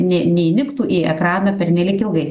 ne neįniktų į ekraną per nelyg ilgai